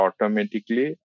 automatically